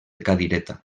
cadireta